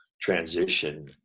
transition